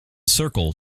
circle